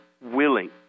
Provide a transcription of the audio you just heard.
willing